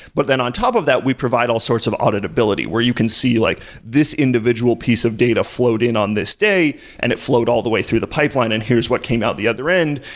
but then on top of that we provide all sorts of auditability, where you can see like this individual piece of data flowed in on this day and it flowed all the way through the pipeline and here's what came out the other end,